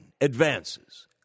advances